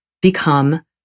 become